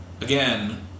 again